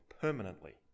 permanently